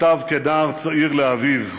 כתב כנער צעיר לאביו: